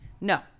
No